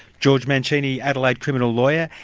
george mancini, adelaide criminal lawyer,